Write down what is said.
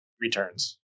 returns